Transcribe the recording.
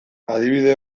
adibide